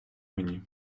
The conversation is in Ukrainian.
мені